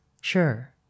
Sure